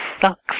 sucks